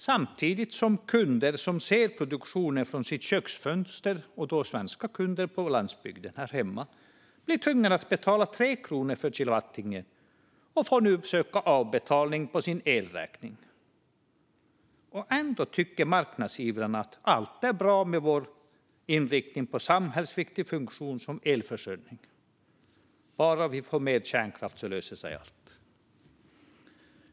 Samtidigt blir kunder som ser produktionen från sitt köksfönster - svenska kunder på landsbygden - tvungna att betala 3 kronor per kilowattimme, och de får nu söka avbetalning på sin elräkning. Ändå tycker marknadsivrarna att allt är bra med vår inriktning på samhällsviktig funktion, som elförsörjning. Bara vi får mer kärnkraft löser sig allt.